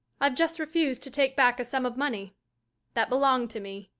i've just refused to take back a sum of money that belonged to me.